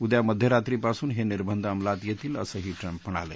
उद्या मध्यरात्रीपासून हे निर्बंध अमलात येतील असंही ट्रम्प म्हणाले